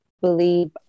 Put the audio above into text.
believe